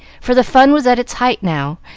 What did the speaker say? for the fun was at its height now,